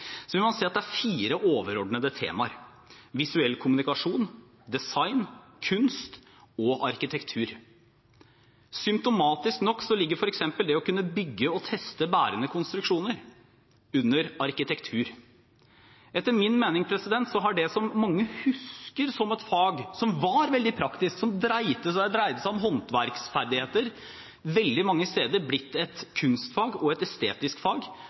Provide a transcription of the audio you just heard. vil man se at det er fire overordnede temaer – visuell kommunikasjon, design, kunst og arkitektur. Symptomatisk nok ligger f.eks. det å kunne bygge og teste bærende konstruksjoner under arkitektur. Etter min mening har det som mange husker som et fag, som var veldig praktisk, som dreide seg om håndverksferdigheter, veldig mange steder blitt et kunstfag og et estetisk fag.